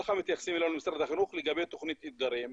ככה מתייחסים אלינו במשרד החינוך לגבי תוכנית 'אתגרים'.